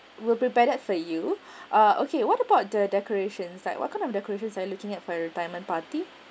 we will prepare that for you ah okay what about the decorations like what kind of decorations are you looking at for your retirement party